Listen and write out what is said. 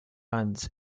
finds